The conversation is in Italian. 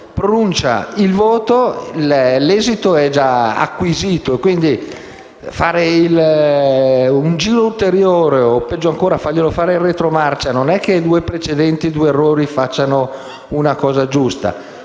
pronuncia il voto, l'esito è già acquisito. Far fare un giro ulteriore o, peggio ancora, farglielo fare in retromarcia: due precedenti, due errori, non fanno una cosa giusta.